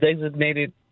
designated